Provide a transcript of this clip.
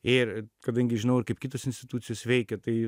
ir kadangi žinau ir kaip kitos institucijos veikia tai